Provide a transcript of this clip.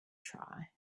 try